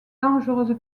dangereuse